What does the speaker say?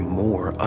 more